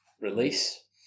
release